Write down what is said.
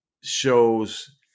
shows